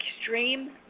extreme